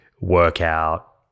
workout